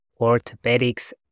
Orthopedics